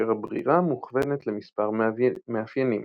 כאשר הברירה מוכוונת למספר מאפיינים.